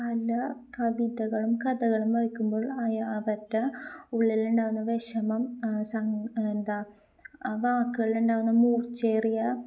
പല കവിതകളും കഥകളും വായിക്കുമ്പോൾ അവരുടെ ഉള്ളിലുണ്ടാകുന്ന വിഷമം എന്താണ് വാക്കുകളിലുണ്ടാകുന്ന മൂർച്ചയേറിയ